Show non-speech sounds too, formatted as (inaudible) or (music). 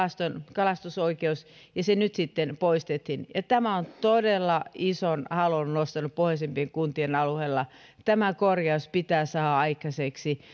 kalastusoikeus ja se nyt sitten poistettiin tämä on todella ison haloon nostanut pohjoisimpien kuntien alueilla tämä korjaus pitää saada aikaiseksi (unintelligible)